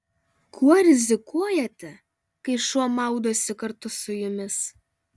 kuo rizikuojate kai šuo maudosi kartu su jumis